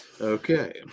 Okay